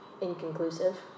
inconclusive